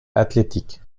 athletic